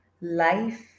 life